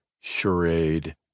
charade